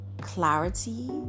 clarity